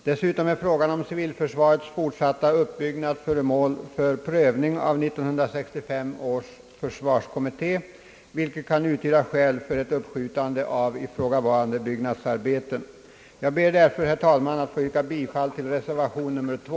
Dessutom är frågan om civilförsvarets fortsatta uppbyggnad föremål för prövning av 1965 års försvarskommitté; också det kan utgöra skäl för att uppskjuta ifrågavarande byggnadsarbeten. Jag ber därför, herr talman, att få yrka bifall till reservation 2.